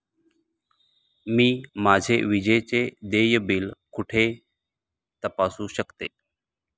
मी माझे विजेचे देय बिल कुठे तपासू शकते?